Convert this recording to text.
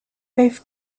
both